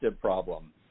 problem